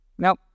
Now